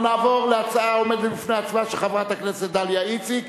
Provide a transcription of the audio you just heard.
אנחנו נעבור להצעה העומדת בפני עצמה של חברת הכנסת דליה איציק,